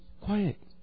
quiet